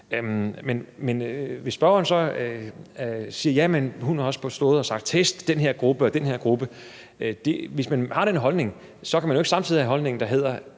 Spørgeren siger så, at hun også har stået og sagt: Test den her gruppe og den her gruppe. Hvis man har den holdning, kan man ikke samtidig have den holdning, der hedder,